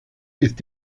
ist